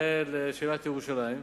לשאלת ירושלים,